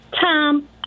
Tom